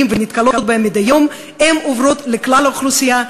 ונתקלות בהן מדי יום עוברות לכלל האוכלוסייה,